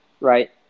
right